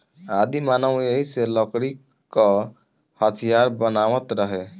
आदिमानव एही से लकड़ी क हथीयार बनावत रहे